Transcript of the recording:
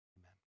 amen